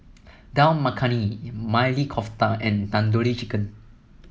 Dal Makhani Maili Kofta and Tandoori Chicken